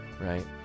right